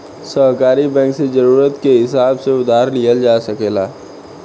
सहकारी बैंक से जरूरत के हिसाब से उधार लिहल जा सकेला